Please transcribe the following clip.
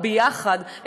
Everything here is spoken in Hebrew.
הביחד,